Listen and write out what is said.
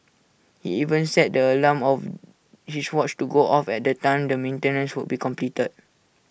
he even set the alarm of his watch to go off at the time the maintenance would be completed